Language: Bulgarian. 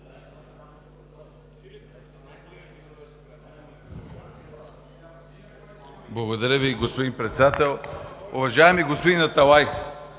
Благодаря, господин Председател. Уважаеми господин Гьоков,